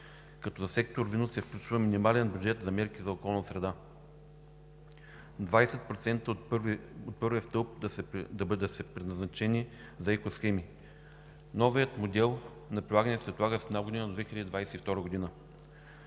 като за сектор „Вино“ се включва минимален бюджет за мерки за околна среда – 20% от първия стълб да са предназначени за еко схеми. Новият модел на прилагане се отлага с една година – до 2022 г.